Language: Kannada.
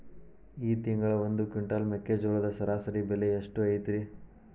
ಈ ತಿಂಗಳ ಒಂದು ಕ್ವಿಂಟಾಲ್ ಮೆಕ್ಕೆಜೋಳದ ಸರಾಸರಿ ಬೆಲೆ ಎಷ್ಟು ಐತರೇ?